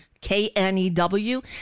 K-N-E-W